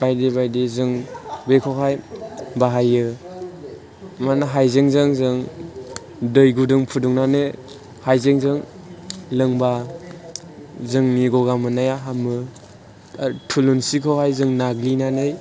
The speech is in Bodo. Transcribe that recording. बायदि बायदि जों बैखौहाय बाहायो मानोना हाइजेंजों जोङो दै गुदुं फुदुंनानै हाइजेंजों लोंबा जोंनि गगा मोननाया हामो थुलुंसिखौहाय जों नाग्लिनानै